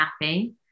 happy